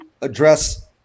address